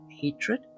hatred